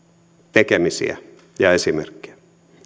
tekemisiä ja esimerkkejä